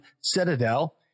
Citadel